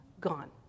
gone